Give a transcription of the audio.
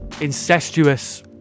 incestuous